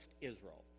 Israel